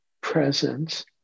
presence